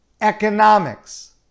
economics